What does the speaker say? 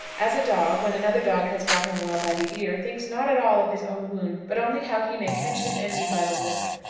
as a dog, when another dog has got him well by the ear, thinks not at all of his own wound, but only how he may catch his enemy by the lip,